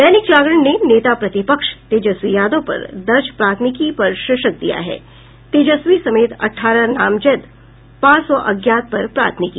दैनिक जागरण ने नेता प्रतिपक्ष तेजस्वी यादव पर दर्ज प्राथमिकी पर शीर्षक दिया है तेजस्वी समेत अठारह नामजद पांच सौ अज्ञात पर प्राथमिकी